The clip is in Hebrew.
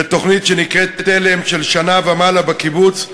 לתוכנית שנקראת תל"מ, של שנה ומעלה בקיבוץ.